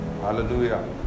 Hallelujah